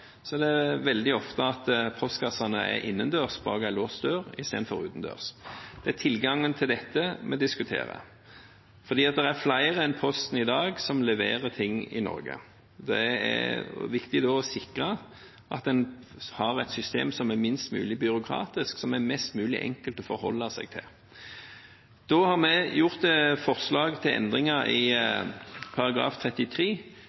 er det veldig ofte at postkassene er innendørs, bak en låst dør istedenfor utendørs. Det er tilgangen til dette vi diskuterer, for det er flere enn Posten i dag som leverer ting i Norge. Det er viktig da å sikre at en har et system som er minst mulig byråkratisk, og som er mest mulig enkelt å forholde seg til. Da har vi lagt fram et forslag til endringer i § 33,